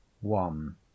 one